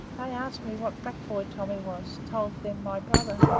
they asked me what black boy tommy was told them my brother.